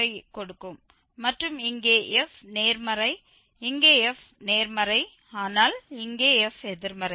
1875ஐ கொடுக்கும் மற்றும் இங்கே f நேர்மறை இங்கே f நேர்மறை ஆனால் இங்கே f எதிர்மறை